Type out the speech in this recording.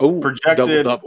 projected